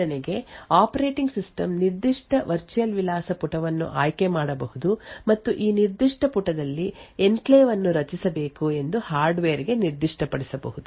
ಉದಾಹರಣೆಗೆ operating system ನಿರ್ದಿಷ್ಟ virtual ವಿಳಾಸ ಪುಟವನ್ನು ಆಯ್ಕೆ ಮಾಡಬಹುದು ಮತ್ತು ಈ ನಿರ್ದಿಷ್ಟ ಪುಟದಲ್ಲಿ ಎನ್ಕ್ಲೇವ್ ಅನ್ನು ರಚಿಸಬೇಕು ಎಂದು ಹಾರ್ಡ್ವೇರ್ ಗೆ ನಿರ್ದಿಷ್ಟಪಡಿಸಬಹುದು